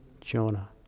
Jonah